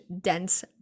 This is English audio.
dense